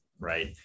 right